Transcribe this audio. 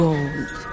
Gold